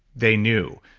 they knew.